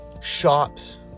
shops